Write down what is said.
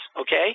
okay